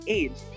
age